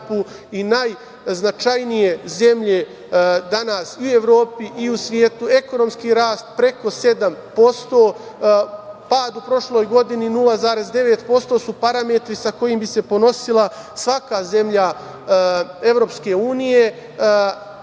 i najznačajnije zemlje danas i u Evropi i u svetu, ekonomski rast preko 7%, pad u prošloj godini 0,9% su parametri sa kojima bi se ponosila svaka zemlja Evropske unije.